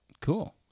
Cool